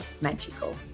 magical